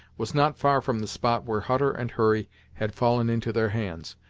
was not far from the spot where hutter and hurry had fallen into their hands,